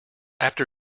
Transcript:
after